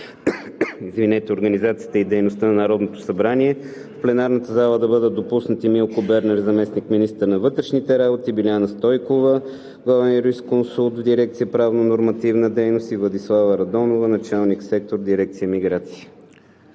за организацията и дейността на Народното събрание моля в пленарната зала да бъдат допуснати: Милко Бернер – заместник-министър на вътрешните работи, Биляна Стойкова – главен юрисконсулт в дирекция „Правно-нормативна дейност“, и Владислава Радонова – началник-сектор в дирекция „Миграция“.